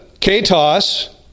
katos